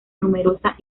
numerosa